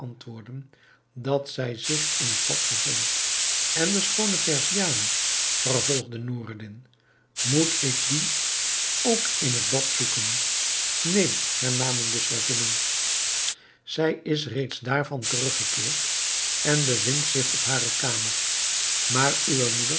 dat zij zich in het bad bevond en de schoone perziane vervolgde noureddin moet ik die ook in het bad zoeken neen hernamen de slavinnen zij is reeds daarvan teruggekeerd en bevindt zich op hare kamer maar uwe moeder